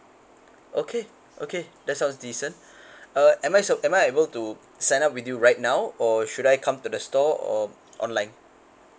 okay okay that sounds decent uh am I so am I able to sign up with you right now or should I come to the store or online